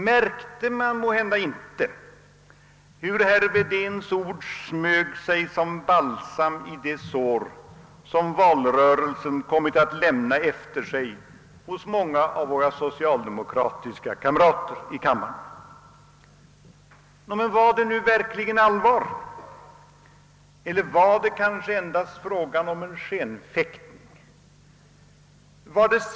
Märkte man måhända inte hur herr Wedéns ord smög sig som balsam i de sår som valrörelsen lämnat efter sig hos många av våra socialdemokratiska kamrater här i kammaren? Men var det verkligen allvar, eller var det kanske endast fråga om en skenfäktning?